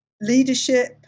leadership